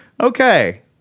Okay